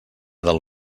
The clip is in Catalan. del